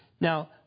Now